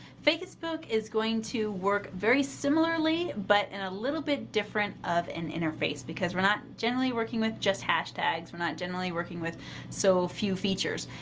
facebook is going to work very similarly but in a little bit different of an interface because we're not generally working with just hashtags, we're not generally working with so few features.